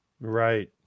Right